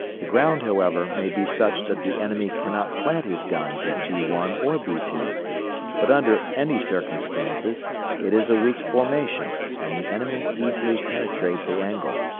the ground, however, may be such that the enemy cannot plant his guns at b one or b two but under any circumstances it is a weak formation and the enemy easily penetrate the angle.